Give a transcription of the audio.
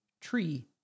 tree